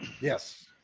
Yes